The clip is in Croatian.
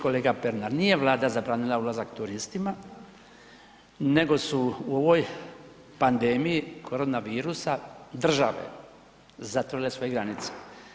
Kolega Pernar, nije Vlada zabranila ulazak turistima nego su u ovoj pandemiji korona virusa države zatvorile svoje granice.